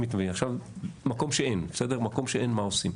מקום שאין, מה עושים?